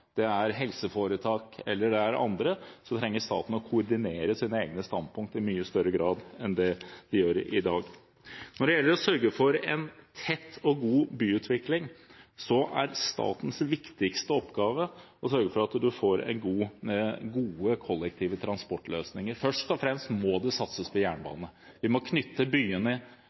helseforetak eller andre, trenger staten å koordinere sine egne standpunkter i mye større grad enn det de gjør i dag. Når det gjelder å sørge for tett og god byutvikling, er statens viktigste oppgave å sørge for at man får gode kollektive transportløsninger. Først og fremst må det satses på jernbane. Vi må knytte byene